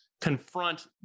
confront